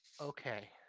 Okay